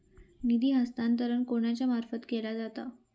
निधी हस्तांतरण कोणाच्या मार्फत केला जाता?